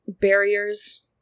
barriers